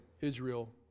Israel